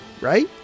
Right